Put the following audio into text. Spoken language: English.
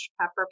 pepper